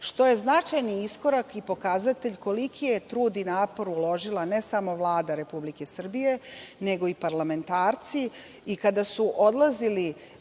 što je značajni iskorak i pokazatelj koliki je trud i napor uložila ne samo Vlada Republike Srbije, nego i parlamentarci. Kada su odlazili